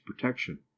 protection